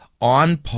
on